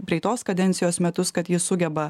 praeitos kadencijos metus kad ji sugeba